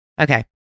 Okay